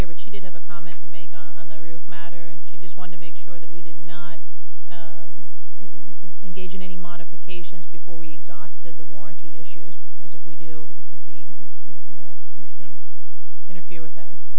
here but she did have a comment to make on the roof matter and she just wanted to make sure that we did not engage in any modifications before we exhausted the warranty issues because if we do it can be understandable in a few with that